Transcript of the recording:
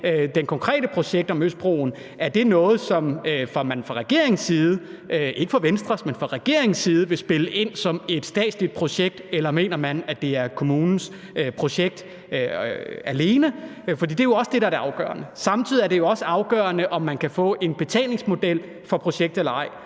det konkrete projekt med Østbroen noget, man fra regeringens side – ikke fra Venstres side – vil spille ind som et statsligt projekt, eller mener man, at det er kommunens projekt alene? For det er jo også det, der er det afgørende. Samtidig er det også afgørende, om man kan få en betalingsmodel for projektet eller ej.